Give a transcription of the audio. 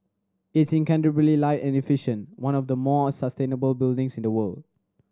it's incredibly light and efficient one of the more sustainable buildings in the world